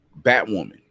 Batwoman